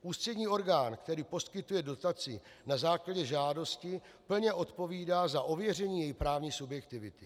Ústřední orgán, který poskytuje dotaci na základě žádosti, plně odpovídá za ověření její právní subjektivity.